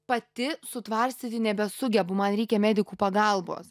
pati sutvarstyti nebesugebu man reikia medikų pagalbos